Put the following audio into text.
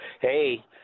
Hey